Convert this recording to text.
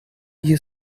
you